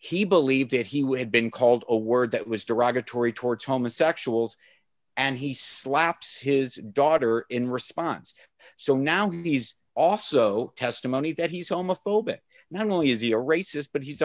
he believed that he would have been called a word that was derogatory towards homosexuals and he slaps his daughter in response so now he's also testimony that he's homophobic not only is he a racist but he's a